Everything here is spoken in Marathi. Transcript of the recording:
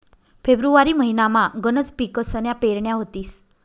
फेब्रुवारी महिनामा गनच पिकसन्या पेरण्या व्हतीस